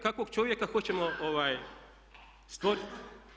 Kakvog čovjeka hoćemo stvoriti?